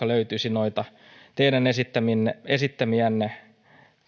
löytyisi noita teidän esittämiänne esittämiänne